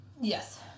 Yes